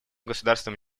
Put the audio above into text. государствам